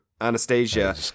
Anastasia